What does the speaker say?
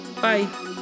Bye